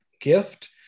gift